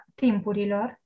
timpurilor